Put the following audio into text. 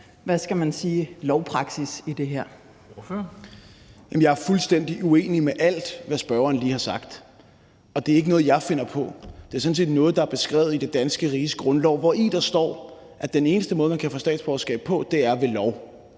Kl. 17:32 Morten Dahlin (V): Jeg er fuldstændig uenig i alt, hvad spørgeren lige har sagt. Det er ikke noget, jeg finder på; det er sådan set noget, der er beskrevet i det danske riges grundlov, hvori der står, at den eneste måde, man kan få statsborgerskab på, er ved lov.